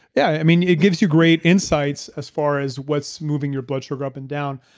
yeah, i mean it gives you great insights as far as what's moving your blood sugar up and down.